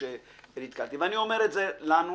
בצרכנים